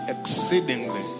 exceedingly